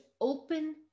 open